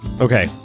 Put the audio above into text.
Okay